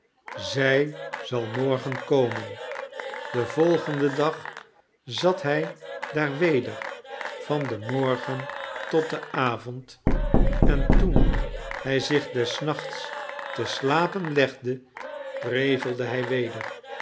zij zal morgen komen den volgenden dag zat hij daar weder van den morgen tot den avond en toen hij zich des nachts te slapen legde prevelde hij weder